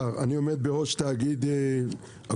זה